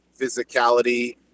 physicality